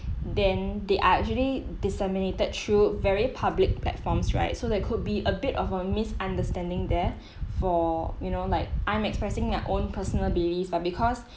then they are actually disseminated through very public platforms right so there could be a bit of a misunderstanding there for you know like I'm expressing my own personal beliefs but because